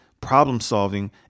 problem-solving